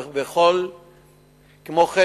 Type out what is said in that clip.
כמו כן,